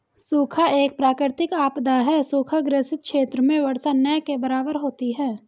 सूखा एक प्राकृतिक आपदा है सूखा ग्रसित क्षेत्र में वर्षा न के बराबर होती है